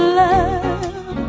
love